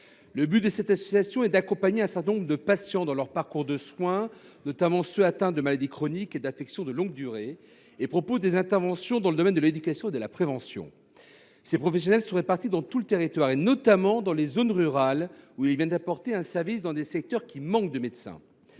Le but de cette association est d’accompagner dans leur parcours de soins un certain nombre de patients, ceux notamment qui sont atteints de maladies chroniques et d’affections de longue durée. Elle propose des interventions dans le domaine de l’éducation et de la prévention. Ces professionnels sont répartis sur tout le territoire, notamment dans les zones rurales, où ils apportent un service dans des secteurs qui manquent de médecins.